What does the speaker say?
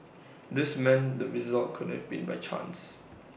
this meant the result could have been by chance